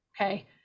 okay